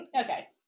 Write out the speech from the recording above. okay